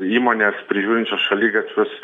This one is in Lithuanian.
įmonės prižiūrinčios šaligatvius